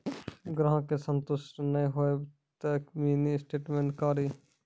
ग्राहक के संतुष्ट ने होयब ते मिनि स्टेटमेन कारी?